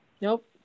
Nope